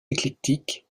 éclectique